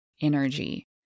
energy